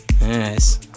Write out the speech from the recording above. Yes